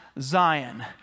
Zion